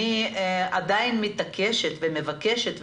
אני עדיין מתעקשת ומבקשת,